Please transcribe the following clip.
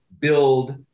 build